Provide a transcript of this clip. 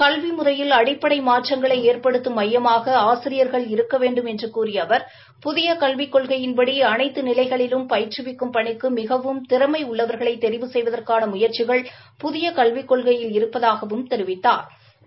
கல்வி முறையில் அடிப்படை மாற்றங்களை ஏற்படுத்தும் மையமாக ஆசிரியர்கள் இருக்க வேண்டும் என்று கூறிய அவர் புதிய கல்விக் கொள்கையின்படி அனைத்து நிலைகளிலும் பயிற்றுவிக்கும் பணிக்கு மிகவும் திறமை உள்ளவர்களை தெிவு செய்வதற்கான முயற்சிகள் புதிய கல்விக் கொள்கையில் இருப்பதாகவும் தெிவித்தாா்